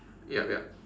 ya ya